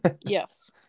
Yes